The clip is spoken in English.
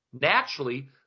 naturally